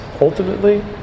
ultimately